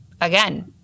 again